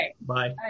Bye